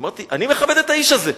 אמרתי: אני מכבד את האיש הזה,